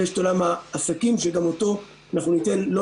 ויש את עולם העסקים שגם לו אנחנו ניתן לא